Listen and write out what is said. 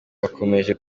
bakomeje